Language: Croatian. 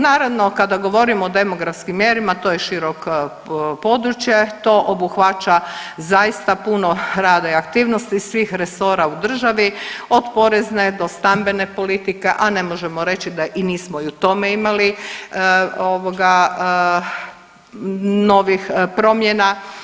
Naravno kada govorimo o demografskim mjerama to je širok područje, to obuhvaća zaista puno rada i aktivnosti svih resora u državi, od porezne do stambene politike, a ne možemo reći da i nismo i u tome imali ovoga novih promjena.